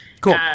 Cool